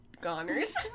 goners